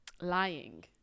lying